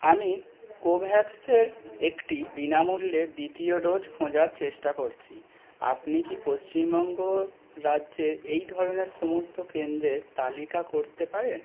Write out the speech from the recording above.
আমি কোভ্যাক্সের একটি বিনামূল্যে দ্বিতীয় ডোজ খোঁজার চেষ্টা করছি আপনি কি পশ্চিমবঙ্গ রাজ্যে এই ধরনের সমস্ত কেন্দ্রের তালিকা করতে পারেন